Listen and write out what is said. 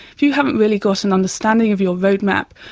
if you haven't really got an understanding of your roadmap,